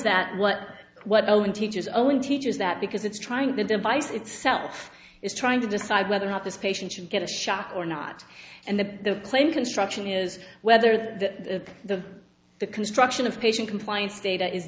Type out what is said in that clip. that what what ellen teaches only teaches that because it's trying the device itself is trying to decide whether or not this patient should get a shot or not and the claim construction is whether the the the construction of patient compliance data is